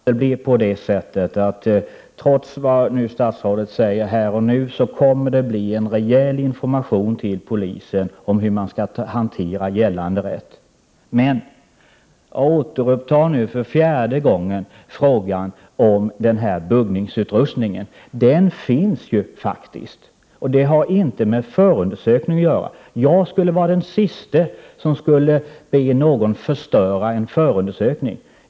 Herr talman! Jag utgår ändå från att det, trots vad statsrådet säger här och nu, kommer att bli en rejäl information till polisen om hur man skall hantera gällande rätt. Jag återupptar nu för fjärde gången frågan om den här buggningsutrustningen. Den finns ju faktiskt. Detta har inte med förundersökningen att göra. Jag skulle vara den siste att be någon förstöra en förundersökning.